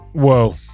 Whoa